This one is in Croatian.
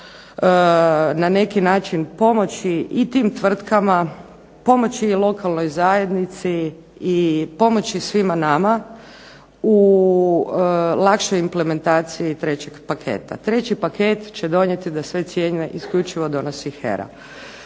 na neki način pomoći i tim tvrtkama, pomoći lokalnoj zajednici i pomoći svima nama u lakšoj implementaciji trećeg paketa. Treći paket će donijeti da sve cijene isključivo donosi HERA.